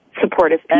supportive